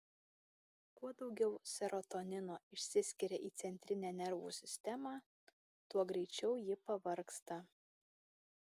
kuo daugiau serotonino išsiskiria į centrinę nervų sistemą tuo greičiau ji pavargsta